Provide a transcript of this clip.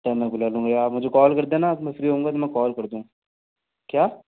तब मै बुला लूँगा या आप मुझे कॉल कर देना जब मैं फ्री होऊँगा कॉल कर दूँगा क्या